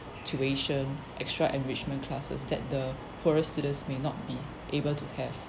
tuition extra enrichment classes that the poorer students may not be able to have